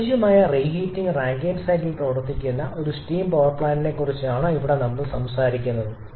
അനുയോജ്യമായ reheat Rankine cycle പ്രവർത്തിക്കുന്ന ഒരു സ്റ്റീം പവർ പ്ലാന്റിനെക്കുറിച്ചാണ് ഇവിടെ നമ്മൾ സംസാരിക്കുന്നത്